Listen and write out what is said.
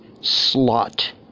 slot